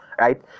right